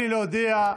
אני מתכבד להודיעכם,